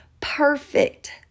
perfect